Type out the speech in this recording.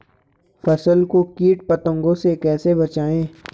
फसल को कीट पतंगों से कैसे बचाएं?